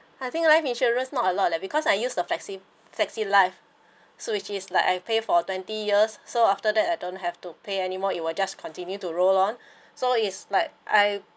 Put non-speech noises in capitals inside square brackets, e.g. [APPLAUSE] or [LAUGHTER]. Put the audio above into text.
I think life insurance not a lot leh because I use the flexi flexilife so which is like I pay for twenty years so after that I don't have to pay anymore it will just continue to roll on [BREATH] so is like I